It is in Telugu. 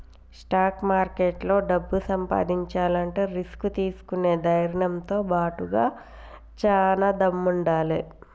స్టాక్ మార్కెట్లో డబ్బు సంపాదించాలంటే రిస్క్ తీసుకునే ధైర్నంతో బాటుగా చానా దమ్ముండాలే